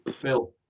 Phil